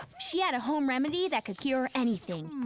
she had a home remedy that could cure anything.